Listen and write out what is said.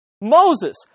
Moses